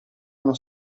uno